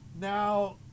now